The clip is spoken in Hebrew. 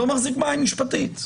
לא מחזיק מים משפטית.